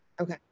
okay